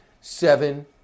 seven